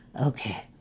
okay